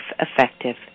effective